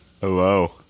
Hello